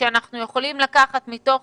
שאנחנו יכולים לקחת מתוך